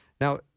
Now